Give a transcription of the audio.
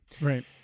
right